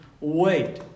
wait